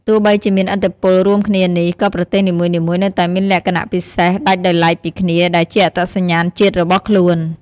ទោះបីជាមានឥទ្ធិពលរួមគ្នានេះ ក៏ប្រទេសនីមួយៗនៅតែមានលក្ខណៈពិសេសដាច់ដោយឡែកពីគ្នា ដែលជាអត្តសញ្ញាណជាតិរបស់ខ្លួន។